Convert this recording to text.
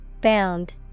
Bound